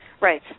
Right